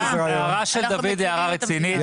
ההערה של דוד היא הערה רצינית,